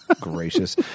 Gracious